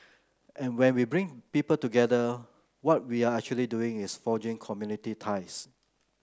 and when we bring people together what we are actually doing is forging community ties